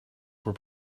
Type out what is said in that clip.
were